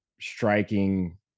striking